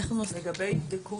לגבי מה ייבדק,